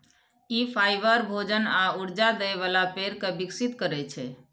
ई fibre, भोजन आ ऊर्जा दै बला पेड़ कें विकसित करै छै